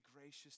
gracious